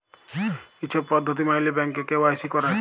ই ছব পদ্ধতি ম্যাইলে ব্যাংকে কে.ওয়াই.সি ক্যরে